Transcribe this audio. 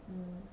um